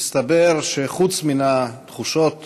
ומסתבר שחוץ מהתחושות